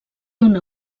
una